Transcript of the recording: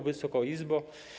Wysoka Izbo!